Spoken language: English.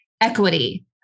equity